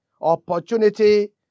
opportunity